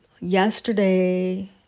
Yesterday